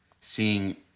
seeing